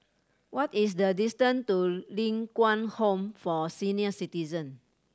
what is the distance to Ling Kwang Home for Senior Citizen